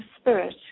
spirit